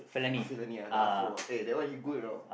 fail fail only ah the afro ah eh that one you good you know